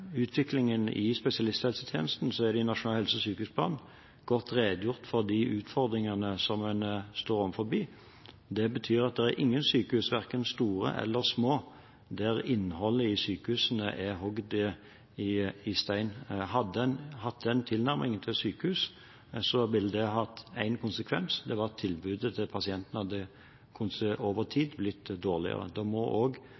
utviklingen i spesialisthelsetjenesten, er det i Nasjonal helse- og sykehusplan godt redegjort for de utfordringene som en står overfor. Det betyr at det er ingen sykehus, verken store eller små, der innholdet i sykehusene er hogd i stein. Hadde en hatt den tilnærmingen til sykehus, ville det hatt én konsekvens – at tilbudet til pasientene over tid hadde